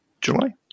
July